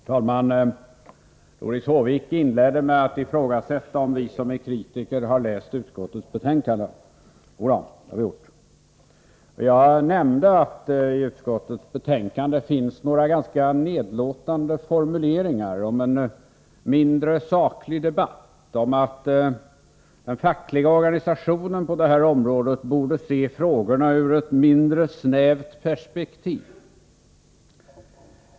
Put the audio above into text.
Herr talman! Doris Håvik inledde med att ifrågasätta om vi som är kritiker har läst utskottets betänkande. Jo då, det har vi gjort. Jag nämnde att det i utskottets betänkande finns några ganska nedlåtande formuleringar om en ”mindre saklig debatt” och om att den fackliga organisationen på detta område borde se frågorna ur ett ”mindre snävt perspektiv”.